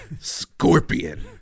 Scorpion